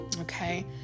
Okay